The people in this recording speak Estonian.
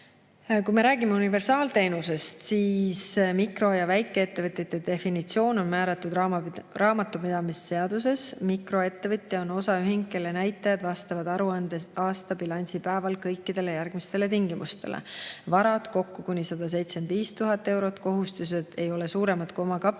Kui me räägime universaalteenusest, siis mikro- ja väikeettevõtete definitsioon on määratud raamatupidamise seaduses. Mikroettevõtja on osaühing, kelle näitajad vastavad aruandeaasta bilansipäeval kõikidele järgmistele tingimustele: varad kokku kuni 175 000 eurot, kohustused ei ole suuremad kui omakapital,